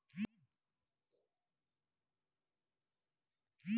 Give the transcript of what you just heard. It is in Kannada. ಸಾಲ ತೆಗಿಯಲು ಅಪ್ಲಿಕೇಶನ್ ಅನ್ನು ಆನ್ಲೈನ್ ಅಲ್ಲಿ ಹಾಕ್ಲಿಕ್ಕೆ ಎಂತಾದ್ರೂ ಒಪ್ಶನ್ ಇದ್ಯಾ?